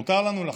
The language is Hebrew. מותר לנו לחלוק,